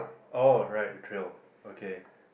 oh right the trail okay